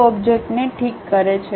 ઓબ્જેક્ટને ઠીક કરે છે